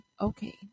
okay